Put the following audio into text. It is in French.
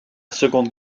seconde